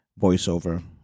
voiceover